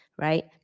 right